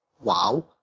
wow